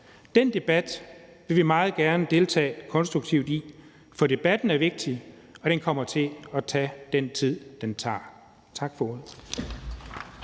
Den debat vil vi meget gerne deltage konstruktivt i, for debatten er vigtig, og den kommer til at tage den tid, den tager. Tak for ordet.